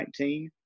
2019